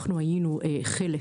אנחנו היינו חלק,